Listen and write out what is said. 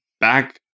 back